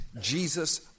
Jesus